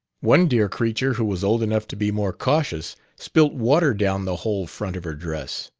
one dear creature, who was old enough to be more cautious, spilt water down the whole front of her dress